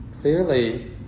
clearly